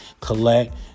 collect